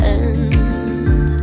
end